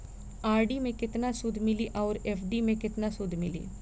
RD मे केतना सूद मिली आउर एफ.डी मे केतना सूद मिली?